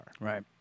Right